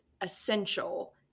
essential